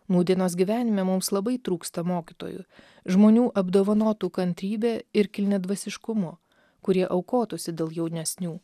nūdienos gyvenime mums labai trūksta mokytojų žmonių apdovanotų kantrybe ir kilniadvasiškumu kurie aukotųsi dėl jaunesnių